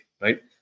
right